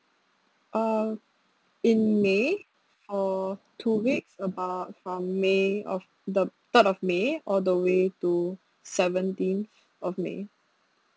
uh in may for two weeks about from may of the third of may all the way to seventeenth of may